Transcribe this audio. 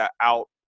out